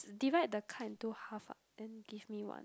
divide the card into half ah then give me one